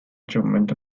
achievement